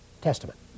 Testament